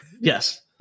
yes